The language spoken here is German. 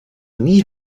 nie